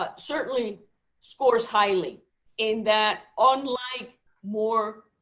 ah certainly scores highly in that unlike more,